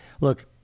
look